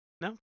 No